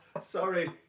sorry